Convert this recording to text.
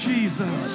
Jesus